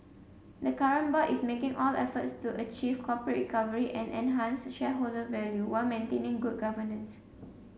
the current board is making all efforts to achieve corporate recovery and enhance shareholder value while maintaining good governance